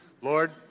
Lord